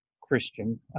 Christian